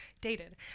dated